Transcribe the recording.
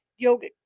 yogic